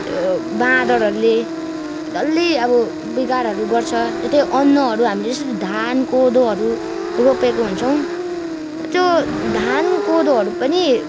त्यो बाँदरहरूले डल्लै अब बिगारहरू गर्छ त्यो अन्नहरू हामीले जस्तो धान कोदोहरू रोपेको हुन्छौँ त्यो धान कोदोहरू पनि